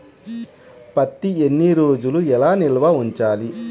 పత్తి ఎన్ని రోజులు ఎలా నిల్వ ఉంచాలి?